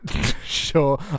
Sure